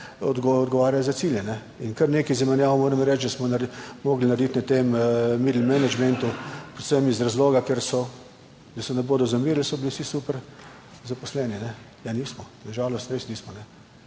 odgovarjali za cilje in kar nekaj zamenjav moram reči, da smo morali narediti na tem mini menedžmentu predvsem iz razloga, ker so, da se ne bodo zamerili, so bili vsi super zaposleni ne da nismo, na žalost res nismo.